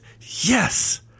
yes